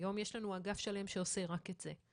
היום יש לנו אגף שלם שעושה רק את זה,